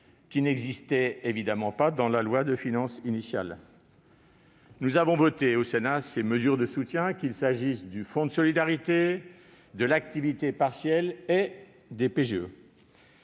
qui n'existait bien évidemment pas en loi de finances initiale. Le Sénat a voté ces mesures de soutien, qu'il s'agisse du fonds de solidarité, de l'activité partielle ou des PGE.